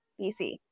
BC